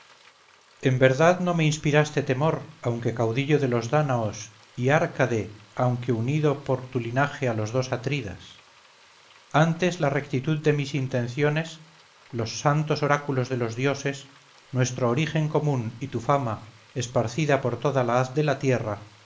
en verdad no me inspiraste temor aunque caudillo de los dánaos y árcade aunque unido por tu linaje a los dos atridas antes la rectitud de mis intenciones los santos oráculos de los dioses nuestro origen común y tu fama esparcida por toda la haz de la tierra